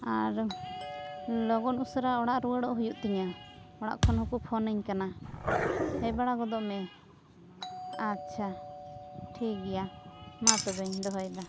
ᱟᱨ ᱞᱚᱜᱚᱱ ᱩᱥᱟᱹᱨᱟ ᱚᱲᱟᱜ ᱨᱩᱭᱟᱹᱲᱚᱜ ᱦᱩᱭᱩᱜ ᱛᱤᱧᱟᱹ ᱚᱲᱟᱜ ᱠᱷᱚᱱ ᱦᱚᱠᱚ ᱯᱷᱳᱱᱟᱹᱧ ᱠᱟᱱᱟ ᱦᱮᱡ ᱵᱟᱲᱟ ᱜᱚᱫᱚᱜ ᱢᱮ ᱟᱪᱷᱟ ᱴᱷᱤᱠ ᱜᱮᱭᱟ ᱢᱟ ᱛᱚᱵᱮᱧ ᱫᱚᱦᱚᱭᱮᱫᱟ